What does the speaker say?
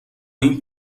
این